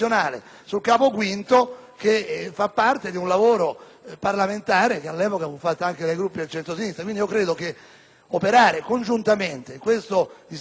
parlamentare che all'epoca fu portato avanti dai Gruppi del centrosinistra. Credo pertanto che operare congiuntamente in questo disegno di legge, per scandire ancora di più l'esigenza